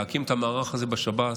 להקים את המערך הזה בשב"ס